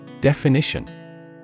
Definition